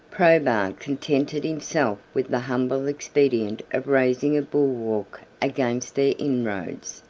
probus contented himself with the humble expedient of raising a bulwark against their inroads.